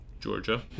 Georgia